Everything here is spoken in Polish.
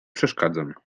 przeszkadzam